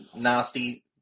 nasty